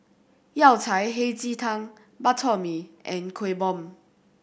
Yao Cai Hei Ji Tang Bak Chor Mee and Kuih Bom